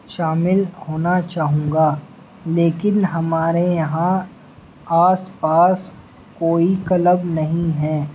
شامل ہونا چاہوں گا لیکن ہمارے یہاں آس پاس کوئی کلب نہیں ہے